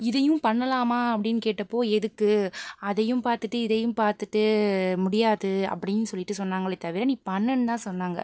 இதையும் பண்ணலாமா அப்படின்னு கேட்டப்போ எதுக்கு அதையும் பார்த்துட்டு இதையும் பார்த்துட்டு முடியாது அப்படின்னு சொல்லிவிட்டு சொன்னாங்களே தவிர நீ பண்ணுன்தான்னு சொன்னாங்க